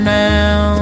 now